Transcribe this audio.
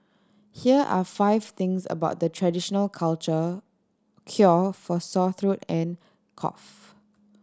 here are five things about the traditional culture cure for sore throat and cough